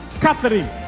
Catherine